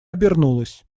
обернулась